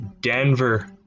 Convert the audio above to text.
Denver